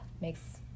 makes